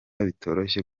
bitoroshye